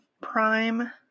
Prime